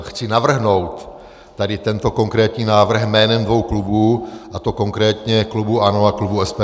Chci navrhnout tady tento konkrétní návrh jménem dvou klubů, a to konkrétně klubu ANO a klubu SPD.